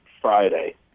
Friday